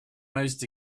most